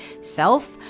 Self